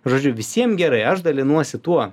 žodžiu visiem gerai aš dalinuosi tuo